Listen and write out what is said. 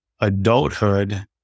adulthood